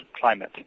climate